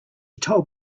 told